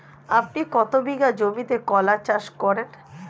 আপনি কত বিঘা জমিতে কলা চাষ করেন?